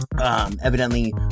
Evidently